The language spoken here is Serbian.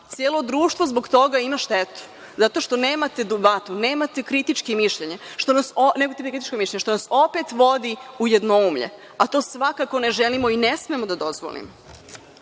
Celo društvo zbog toga ima štetu zato što nemate debatu, nemate kritičko mišljenje, što nas opet vodi u jednoumlje, a to svakako ne želimo i ne smemo da dozvolimo. Ono